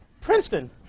Princeton